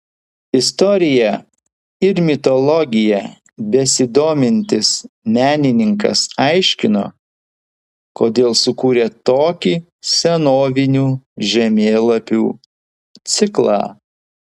istorija ir mitologija besidomintis menininkas aiškino kodėl sukūrė tokį senovinių žemėlapių ciklą